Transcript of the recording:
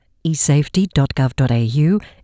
eSafety.gov.au